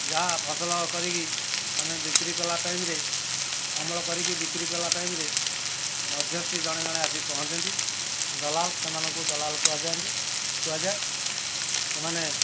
ଯାହା ଫସଲ କରିକି ଆମେ ବିକ୍ରି କଲା ଟାଇମ୍ରେ ଅମଳ କରିକି ବିକ୍ରିକଲା ଟାଇମ୍ରେ ମଧ୍ୟସ୍ଥି ଜଣେ ଜଣେ ଆସି ପହଞ୍ଚନ୍ତି ଦଲାଲ୍ ସେମାନଙ୍କୁ ଦଲାଲ୍ କୁହାଯାଆନ୍ତି କୁହାଯାଏ ସେମାନେ